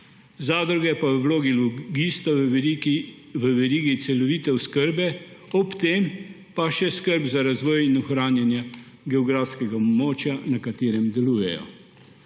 zadruge pa v vlogi logistov v verigi celovite oskrbe, ob tem pa še skrb za razvoj in ohranjanje geografskega območja, na katerem delujejo.